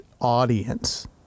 audience